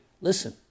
listen